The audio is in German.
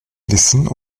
wissen